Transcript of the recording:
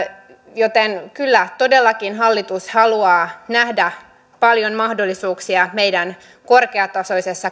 joten kyllä todellakin hallitus haluaa nähdä paljon mahdollisuuksia meidän korkeatasoisessa